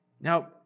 Now